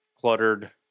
cluttered